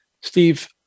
Steve